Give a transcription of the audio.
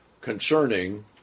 concerning